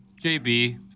JB